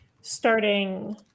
starting